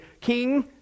king